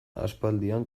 aspaldian